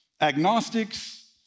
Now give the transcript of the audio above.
agnostics